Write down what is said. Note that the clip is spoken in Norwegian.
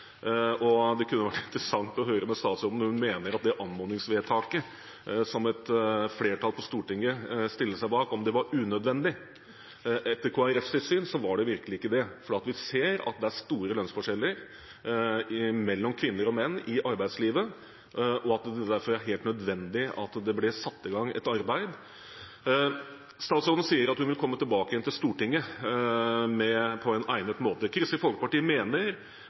og det kunne vært interessant å høre med statsråden om hun mener at det anmodningsvedtaket, som et flertall på Stortinget stiller seg bak, var unødvendig. Etter Kristelig Folkepartis syn var det virkelig ikke det, fordi vi ser at det er store lønnsforskjeller mellom kvinner og menn i arbeidslivet, og at det derfor er helt nødvendig at det ble satt i gang et arbeid. Statsråden sier at hun vil komme tilbake igjen til Stortinget på egnet måte. Kristelig Folkeparti mener